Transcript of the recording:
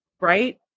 Right